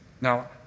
Now